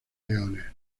leones